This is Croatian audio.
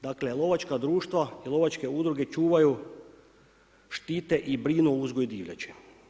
Dakle lovačka društva i lovačke udruge, čuvaju, štite i brine o uzgoju divljači.